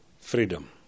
freedom